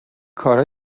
کارا